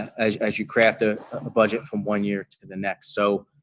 as as you craft a budget from one year to the next. so,